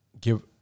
give